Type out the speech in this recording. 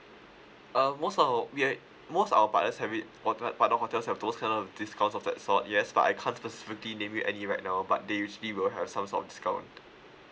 uh most of our we have most of our partners have it although but not all hotels have those kind of discounts of that sort yes but I can't specifically name you any right now but they usually will have some sort of discount